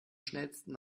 schnellsten